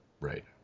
Right